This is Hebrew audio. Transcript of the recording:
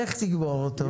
איך תגמור אותו?